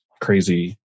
crazy